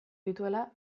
dituela